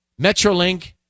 Metrolink